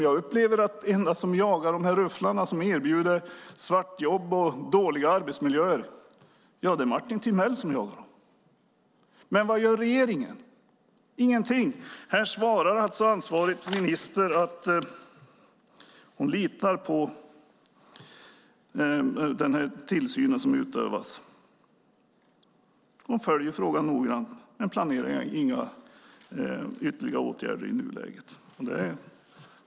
Den enda som jagar rufflarna som erbjuder svartjobb och dålig arbetsmiljö är Martin Timell. Vad gör regeringen? Ingenting. Ansvarig minister svarar att hon litar på tillsynen som utövas och följer frågan noggrant men inte planerar ytterligare åtgärder i nuläget.